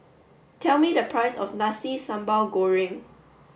tell me the price of Nasi Sambal Goreng